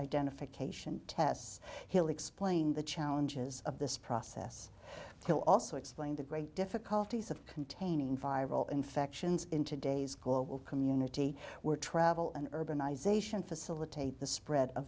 identification tests he'll explain the challenges of this process will also explain the great difficulties of containing viral infections in today's global community where travel and urbanization facilitate the spread of